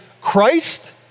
Christ